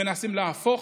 מנסים להפוך,